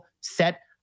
set